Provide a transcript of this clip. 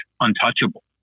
untouchable